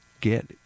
get